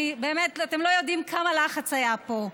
אתם לא יודעים כמה לחץ היה פה.